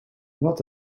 wat